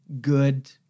good